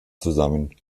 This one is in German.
zusammen